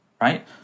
Right